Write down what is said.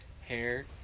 hair